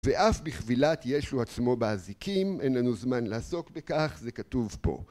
ואף בכבילת ישו עצמו באזיקים, אין לנו זמן לעסוק בכך, זה כתוב פה